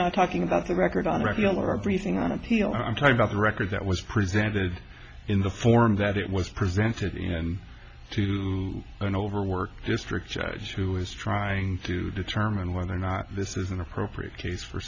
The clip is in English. i talking about the record on regular everything on appeal i'm talking about the record that was presented in the form that it was presented to an overworked district judge who was trying to determine whether or not this is an appropriate case for